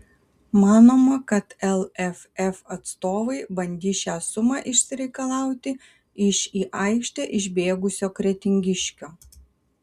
manoma kad lff atstovai bandys šią sumą išsireikalauti iš į aikštę išbėgusio kretingiškio